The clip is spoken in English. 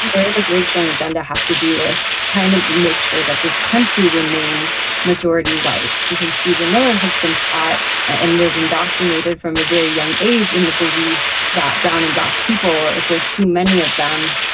their immigration agenda has to do with trying to make sure that this country remains majority white, because steven miller has been taught and was indoctrinated from a very young age in the belief that brown and black people, if there's too many of them,